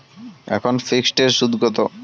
এখন ফিকসড এর সুদ কত?